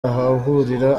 ahahurira